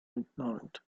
ignorant